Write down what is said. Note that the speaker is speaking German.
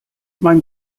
mein